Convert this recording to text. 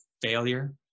failure